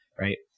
Right